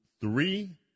three